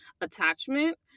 attachment